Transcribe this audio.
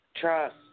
trust